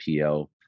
PO